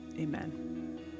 amen